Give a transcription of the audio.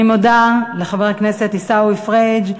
אני מודה לחבר הכנסת עיסאווי פריג'.